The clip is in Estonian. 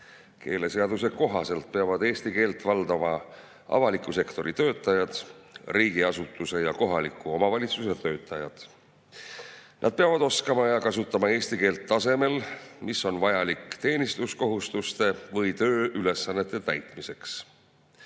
Keeleseaduse kohaselt peavad eesti keelt valdama avaliku sektori töötajad, riigiasutuse ja kohaliku omavalitsuse töötajad. Nad peavad oskama ja kasutama eesti keelt tasemel, mis on vajalik teenistuskohustuste või tööülesannete täitmiseks.